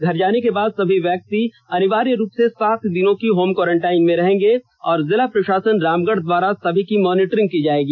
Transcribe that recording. घर जाने के बाद सभी व्यक्ति अनिवार्य रूप से सात दिनों की होम क्वॉरेंटाइन में रहेंगे तथा जिला प्रशासन रामगढ़ द्वारा सभी की मॉनिटरिंग की जाएगी